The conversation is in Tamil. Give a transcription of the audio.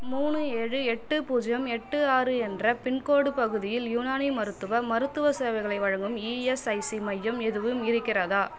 மூணு ஏழு எட்டு பூஜ்ஜியம் எட்டு ஆறு என்ற பின்கோட் பகுதியில் யுனானி மருத்துவ மருத்துவ சேவைகளை வழங்கும் இஎஸ்ஐசி மையம் எதுவும் இருக்கிறதா